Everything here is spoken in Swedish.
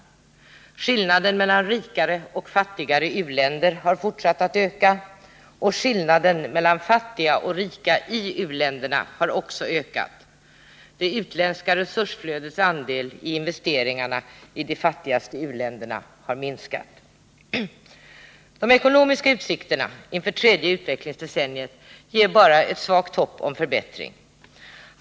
Skillnaden mellan rikare och fattigare u-länder har fortsatt att öka. Skillnaden mellan fattiga och rika i u-länderna har också ökat, och det utländska resursflödets andel i investeringarna i de fattigaste u-länderna har minskat. De ekonomiska utsikterna inför tredje utvecklingsdecenniet ger bara ett svagt hopp om förbättring.